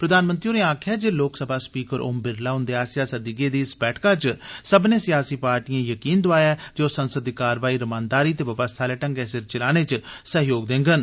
प्रधानमंत्री होरें आक्खेआ जे लोकसभा स्पीकर ओम बिरला हुंदे आस्सेआ सद्दी गेदी इस बैठका च सब्बनें सियासी पार्टिएं यकीन दोआया जे ओ संसद दी कार्रवाई रमानदारी ते व्यवस्था आले ढंगै सिर चलाने च सहयोग देंडन